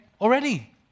already